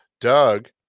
Doug